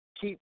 keep